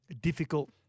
difficult